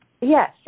Yes